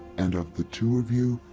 and of the two of you,